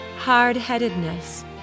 hard-headedness